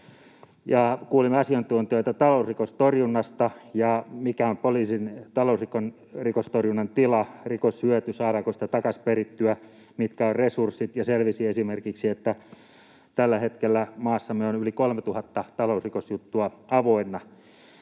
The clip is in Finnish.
kuulimme asiantuntijoita talousrikostorjunnasta — siitä, mikä on poliisin talousrikostorjunnan tila, saadaanko rikoshyötyä takaisin perittyä, mitkä ovat resurssit — ja selvisi esimerkiksi, että tällä hetkellä maassamme on yli 3 000 talousrikosjuttua avoinna.